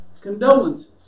condolences